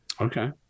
Okay